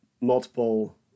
multiple